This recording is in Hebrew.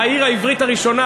העיר העברית הראשונה,